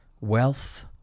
wealth